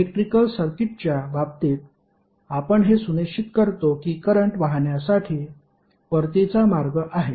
electrical सर्किटच्या बाबतीत आपण हे सुनिश्चित करतो की करंट वाहण्यासाठी परतीचा मार्ग आहे